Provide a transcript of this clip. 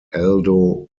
aldo